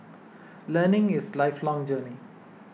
learning is lifelong journey